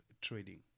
trading